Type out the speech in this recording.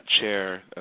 chair